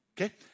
Okay